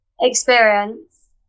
experience